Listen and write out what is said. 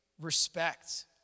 respect